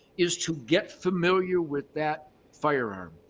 is to get familiar with that firearm.